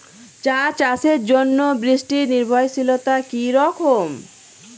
চা চাষের জন্য বৃষ্টি নির্ভরশীলতা কী রকম?